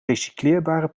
recycleerbare